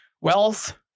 wealth